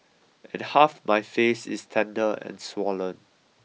and half my face is tender and swollen